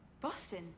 Boston